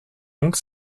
donc